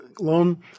loan